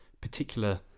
particular